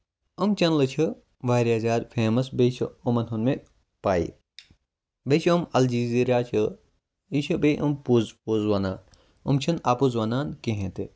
یِم چینلہٕ چھِ واریاہ زیادٕ فیمَس بیٚیہِ چھُ یِمَن ہُنٛد مےٚ پَے بیٚیہِ چھِ یِم الجٔزیٖرا چھِ یہِ چھُ بیٚیہِ یِم پوٚز پوٚز وَنان یِم چھِنہٕ اَپُز وَنان کِہیٖںٛۍ تہِ